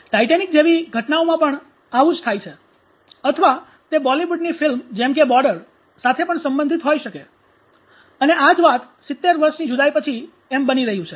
'Titanic' જેવી ઘટનાઓમાં પણ આવું જ થાય છે અથવા તે બોલીવુડની ફિલ્મ જેમ કે બોર્ડર સાથે પણ સંબંધિત હોઇ શકે અને આ જ વાત સિત્તેર વર્ષની જુદાઇ પછી બની રહ્યું છે